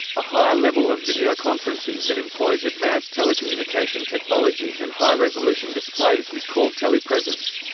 a higher level of videoconferencing that employs advanced telecommunication technologies and high-resolution displays is called telepresence.